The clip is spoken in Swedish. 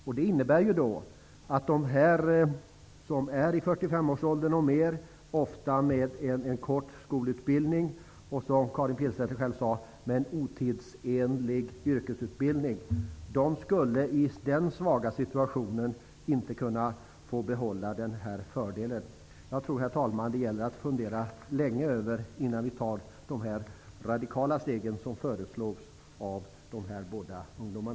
Detta innebär att de som är 45 år eller mer, ofta med en kort skolutbildning, och med en otidsenlig yrkesutbildning, skulle i den svaga situationen inte få behålla den fördelen. Herr talman! Jag tror att det är nödvändigt att fundera länge innan vi tar de radikala steg som föreslås av dessa ungdomar.